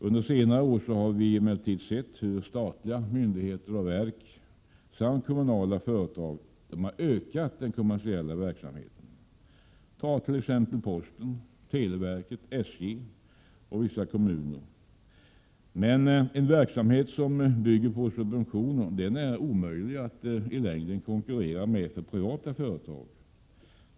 Under senare år har vi emellertid sett hur statliga myndigheter och verk samt kommunala företag ökat den kommersiella verksamheten. på posten, televerket, SJ och vissa kommuner. Men för privata företag är det i längden omöjligt att konkurrera med en verksamhet som bygger på subventioner.